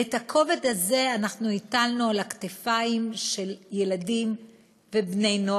ואת הכובד הזה אנחנו הטלנו על הכתפיים של ילדים ובני-נוער,